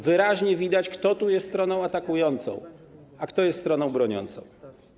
Wyraźnie widać, kto tu jest stroną atakującą, a kto jest stroną broniącą.